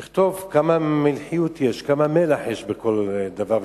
צריך לכתוב כמה מלח יש בכל דבר ודבר,